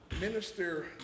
Minister